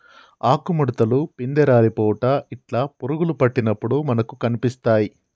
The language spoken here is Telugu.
ఆకు ముడుతలు, పిందె రాలిపోవుట ఇట్లా పురుగులు పట్టినప్పుడు మనకు కనిపిస్తాయ్